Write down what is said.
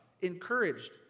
encouraged